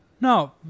No